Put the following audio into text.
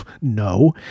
no